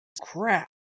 crap